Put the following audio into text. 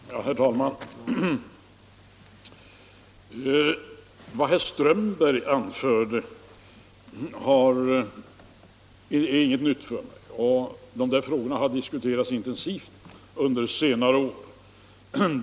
Herr talman! Vad herr Strömberg anförde är inget nytt för mig, och dessa frågor har diskuterats intensivt under senare år.